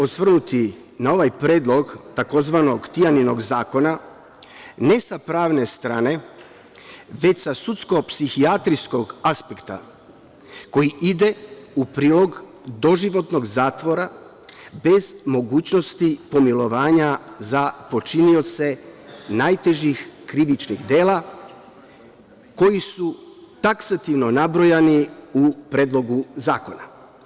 Osvrnuću se na ovaj predlog, tzv. Tijaninog zakona ne sa pravne strane, već sa sudsko-psihijatrijskog aspekta, koji ide u prilog doživotnog zatvora bez mogućnosti pomilovanja za počinioce najtežih krivičnih dela, koji su taksativno nabrojani u Predlogu zakona.